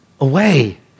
Away